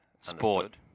Sport